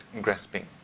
grasping